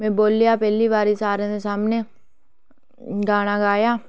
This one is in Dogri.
बोल्लेआ पैहली बारी सारें दे सामने गाना गाया